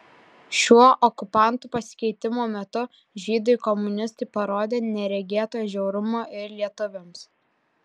šiuo okupantų pasikeitimo metu žydai komunistai parodė neregėto žiaurumo ir lietuviams